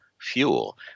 fuel